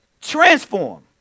Transform